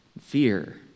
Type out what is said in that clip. fear